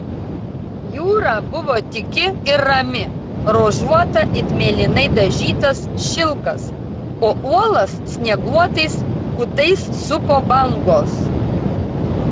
jūra buvo tyki ir rami ruožuota it mėlynai dažytas šilkas o uolas snieguotais kutais supo bangos